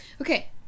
Okay